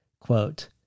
Quote